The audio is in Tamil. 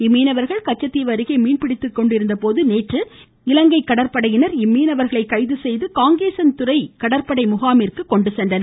இம்மீனவர்கள் கச்சத்தீவு அருகே மீன்பிடித்துக்கொண்டிருந்த போது இலங்கை கடற்படையினர் இம்மீனவர்களை கைது செய்து காங்கேசன் துறை கடற்படை முகாமிற்கு கொண்டு சென்றனர்